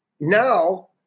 Now